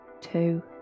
two